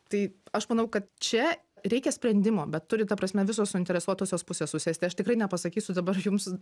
tai aš manau kad čia reikia sprendimo bet turi ta prasme visos suinteresuotosios pusės susėsti aš tikrai nepasakysiu dabar jums